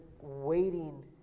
waiting